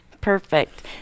Perfect